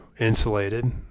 Insulated